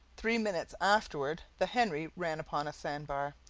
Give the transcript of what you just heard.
three minutes afterward the henry ran upon a sand bar,